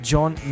John